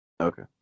Okay